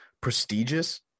prestigious